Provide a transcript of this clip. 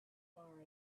bar